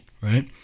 right